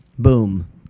Boom